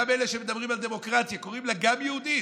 גם אלה שמדברים על דמוקרטיה קוראים לה גם יהודית,